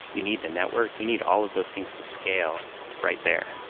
you need the network, you need all of those things to scale right there